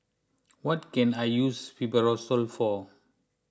what can I use Fibrosol for